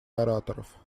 ораторов